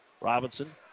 Robinson